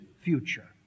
future